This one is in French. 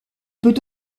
peut